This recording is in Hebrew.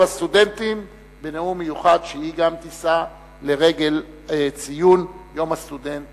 הסטודנטים בנאום מיוחד שהיא גם תישא לרגל ציון יום הסטודנט